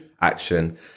action